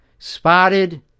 spotted